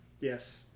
Yes